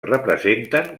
representen